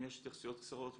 אם יש התייחסויות קצרות,